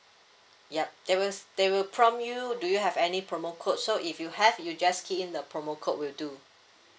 yup they will they will prompt you do you have any promo code so if you have you just key in the promo code will do